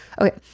Okay